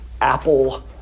Apple